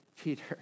Peter